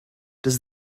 does